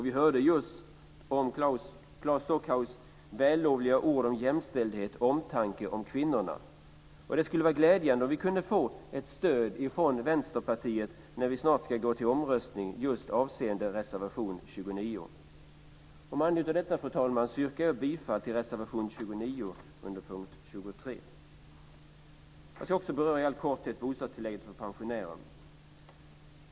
Vi hörde just Claes Stockhaus vällovliga ord om jämställdhet och omtanke om kvinnorna. Det skulle vara glädjande om vi kunde få ett stöd från Vänsterpartiet när vi snart ska gå till omröstning avseende reservation 29. Med anledning av detta, fru talman, yrkar jag bifall till reservation 29 under punkt 23. Jag ska också helt kort beröra bostadstillägget för pensionärer.